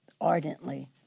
ardently